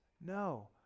No